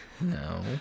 No